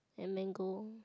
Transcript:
and mango